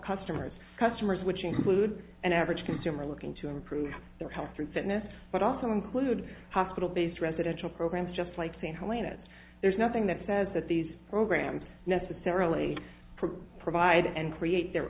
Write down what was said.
customers customers which include an average consumer looking to improve their health and fitness but also include hospital based residential programs just like the holiness there's nothing that says that these programs necessarily provide and create their